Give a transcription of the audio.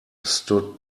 stood